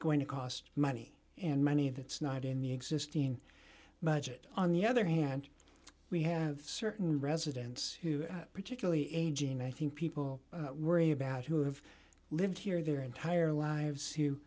going to cost money and many of it's not in the existing budget on the other hand we have certain residents who are particularly aging i think people worry about who have lived here their entire lives